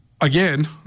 Again